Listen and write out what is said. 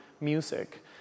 music